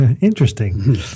Interesting